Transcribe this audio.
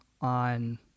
on